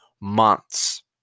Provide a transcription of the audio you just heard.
months